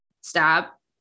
Stop